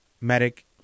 Medic